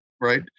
Right